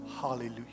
Hallelujah